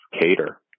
Cater